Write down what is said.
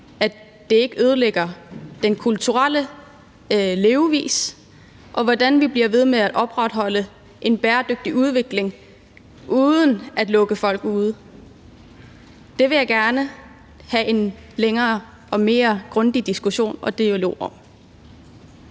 at det ikke ødelægger kultur og levevis? Hvordan bliver vi ved med at opretholde en bæredygtig udvikling uden at lukke folk ude? Det vil jeg gerne have en længere og mere grundig diskussion og dialog om.